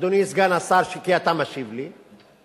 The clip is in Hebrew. אדוני סגן השר, כי אתה משיב לי,